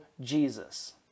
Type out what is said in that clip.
Jesus